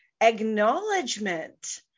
acknowledgement